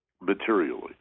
materially